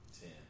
Ten